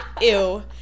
Ew